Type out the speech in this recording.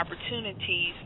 opportunities